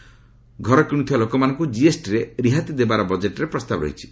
ଗୃହ କିଣୁଥିବା ଲୋକମାନଙ୍କୁ ଜିଏସ୍ଟିରେ ରିହାତି ଦେବାର ବଜେଟ୍ରେ ପ୍ରସ୍ତାବ ରହିଛି